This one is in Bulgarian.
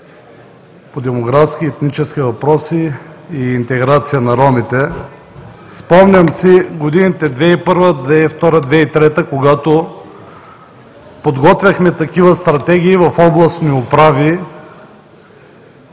по демографски, етнически въпроси и интеграция на ромите. Спомням си годините 2001, 2002, 2003, когато подготвяхме такива стратегии в областни управи